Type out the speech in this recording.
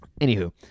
Anywho